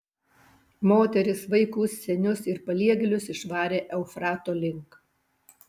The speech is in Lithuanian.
moteris vaikus senius ir paliegėlius išvarė eufrato link